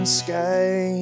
sky